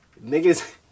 Niggas